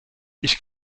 ich